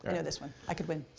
know know this one. i could win.